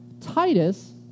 Titus